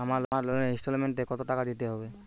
আমার লোনের ইনস্টলমেন্টৈ কত টাকা দিতে হবে?